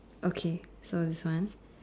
okay so this one